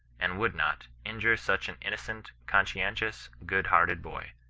and would not, injure such an innocent, conscientious, good hearted boy.